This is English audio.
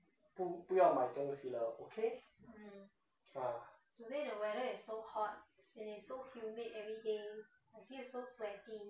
不不要买东西了 okay ah